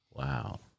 Wow